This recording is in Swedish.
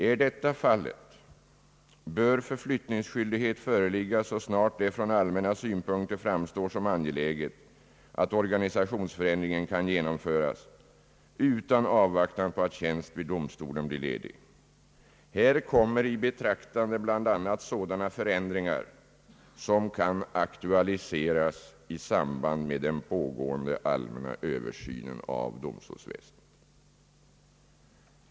Är detta fallet bör för flyttningsskyldighet föreligga så snart det från allmänna synpunkter framstår som angeläget att organisationsförändringen kan genomföras utan avvaktan på att tjänst vid domstolen blir ledig. Här kommer i betraktande bl.a. sådana förändringar som kan aktualiseras i samband med den pågående allmänna Översynen av domstolsväsendet.